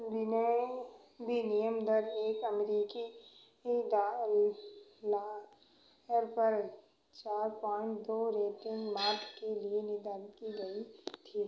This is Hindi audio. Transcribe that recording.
विनय बिलियन दर एक अमेरिकी डॉलर पर चार पाँच दो रेटिन्ग मार्क के लिए निर्धारित की गई थी